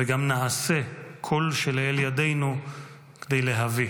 וגם נעשה כל שלאל ידינו כדי להביא.